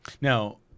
Now